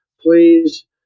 please